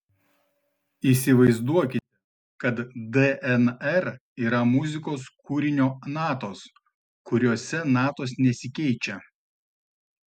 įsivaizduokite kad dnr yra muzikos kūrinio natos kuriose natos nesikeičia